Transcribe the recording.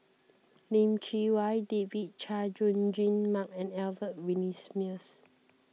Lim Chee Wai David Chay Jung Jun Mark and Albert Winsemius